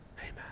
Amen